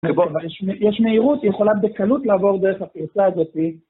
טוב בוא, יש יש מהירות, היא יכולה בקלות לעבור דרך הפרצה הזאתי.